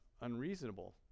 unreasonable